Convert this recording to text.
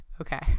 Okay